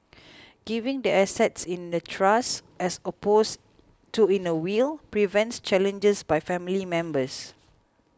giving the assets in a trust as opposed to in a will prevents challenges by family members